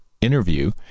interview